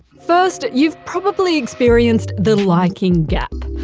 first, you've probably experienced the liking gap.